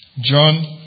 John